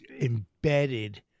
embedded